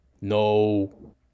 no